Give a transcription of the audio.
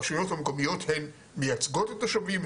הרשויות המקומיות הן מייצגות את התושבים,